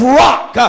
rock